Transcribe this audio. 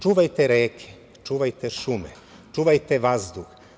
Čuvajte reke, čuvajte šume, čuvajte vazduh.